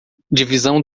divisão